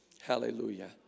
Hallelujah